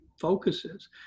focuses